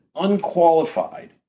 unqualified